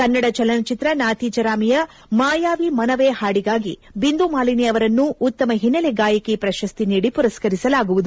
ಕನ್ನಡ ಚಲನಚಿತ್ರ ನಾತಿಚರಾಮಿಯ ಮಾಯಾವಿ ಮನವೆ ಹಾಡಿಗಾಗಿ ಬಿಂದು ಮಾಲಿನಿ ಅವರನ್ನು ಉತ್ತಮ ಹಿನ್ನೆಲೆ ಗಾಯಕಿ ಪ್ರಶಸ್ತಿ ನೀಡಿ ಪುರಸ್ಕರಿಸಲಾಗುವುದು